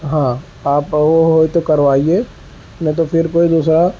ہاں آپ وہ ہو تو کروائیے نہ تو پھر کوئی دوسرا